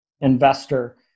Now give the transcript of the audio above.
investor